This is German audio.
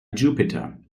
jupiter